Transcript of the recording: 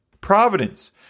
Providence